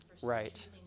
Right